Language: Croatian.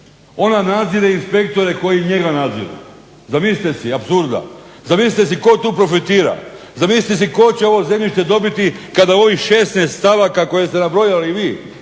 Ona nadzire inspektore koji njega nadziru. Zamislite si apsurda. Zamislite si tko tu profitira. Zamislite si tko će ovo zemljište dobiti kada ovih 16 stavaka koje ste nabrojali vi